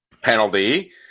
penalty